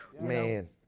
Man